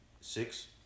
six